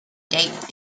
date